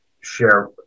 share